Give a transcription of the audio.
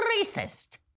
racist